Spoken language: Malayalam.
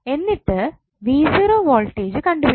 എന്നിട്ട് വോൾടേജ് കണ്ടുപിടിക്കാം